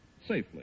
safely